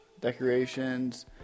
decorations